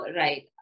right